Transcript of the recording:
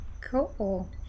cool